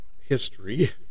history